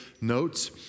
notes